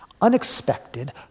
unexpected